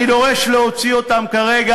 אני דורש להוציא אותם כרגע